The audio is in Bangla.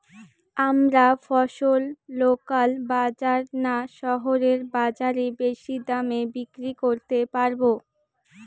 আমরা ফসল লোকাল বাজার না শহরের বাজারে বেশি দামে বিক্রি করতে পারবো?